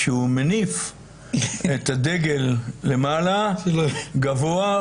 כשהוא מניף את הדגל למעלה גבוה,